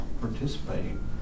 participating